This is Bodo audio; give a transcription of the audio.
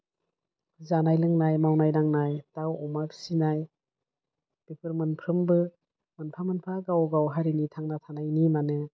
जानाय लोंनाय मावनाय दांनाय दाउ अमा फिसिनाय बेफोर मोनफ्रोमबो मोनफा मोनफा गाव गाव हारिनि थांना थानायनि माने